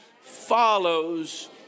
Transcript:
follows